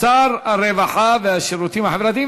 שר הרווחה והשירותים החברתיים.